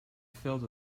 filled